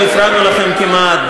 לא הפרענו לכם כמעט,